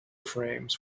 frames